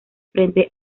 frente